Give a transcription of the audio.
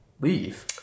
leave